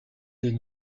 des